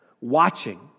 watching